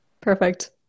Perfect